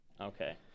Okay